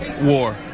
war